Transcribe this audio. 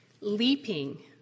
Leaping